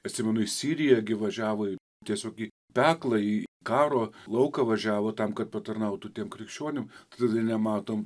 atsimenu į siriją gi važiavo tiesiog į peklą į karo lauką važiavo tam kad patarnautų tiem krikščionim t tada nematom